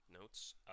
notes